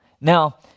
now